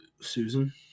Susan